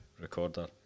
recorder